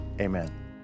amen